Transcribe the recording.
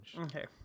Okay